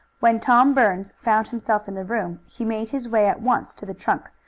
when tom burns found himself in the room he made his way at once to the trunk,